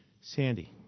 Sandy